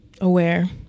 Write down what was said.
aware